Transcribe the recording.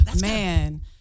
Man